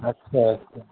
اچھا اچھا